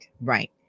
Right